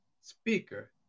speaker